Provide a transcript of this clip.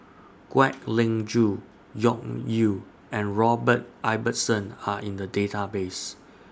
Kwek Leng Joo Yew and Robert Ibbetson Are in The Database